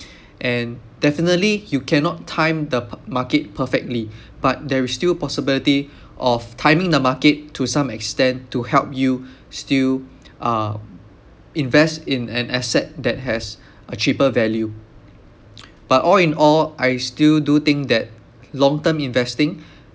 and definitely you cannot time the per market perfectly but there is still possibility of timing the market to some extent to help you still uh invest in an asset that has a cheaper value but all in all I still do think that long term investing